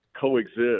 coexist